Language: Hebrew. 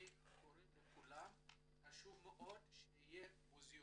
אני קורא לכולם, חשוב מאוד שיהיה מוזיאון.